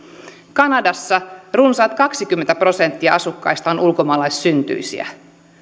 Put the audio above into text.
kanadassa runsaat kaksikymmentä prosenttia asukkaista on ulkomaalaissyntyisiä